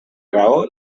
raó